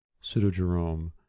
Pseudo-Jerome